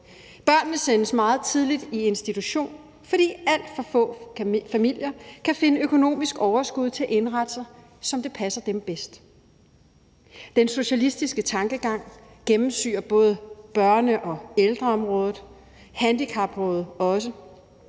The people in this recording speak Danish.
Børnene sendes meget tidligt i institution, fordi alt for få familier kan finde økonomisk overskud til at indrette sig, som det passer dem bedst. Den socialistiske tankegang gennemsyrer både børne- og ældreområdet, handicapområdet også,